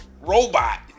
robot